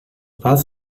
pals